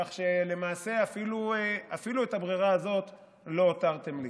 כך שלמעשה אפילו את הברירה הזאת לא הותרתם לי.